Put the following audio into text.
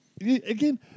again –